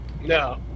No